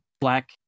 black